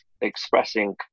expressing